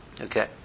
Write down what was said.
Okay